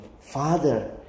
Father